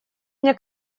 мне